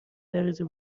درجه